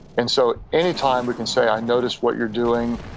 and so any time we can say i notice what you're doing,